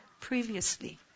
previously